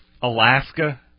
Alaska